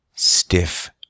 Stiff